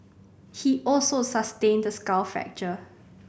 he also sustained a skull fracture